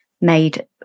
made